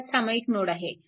हा सामायिक नोड आहे